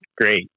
great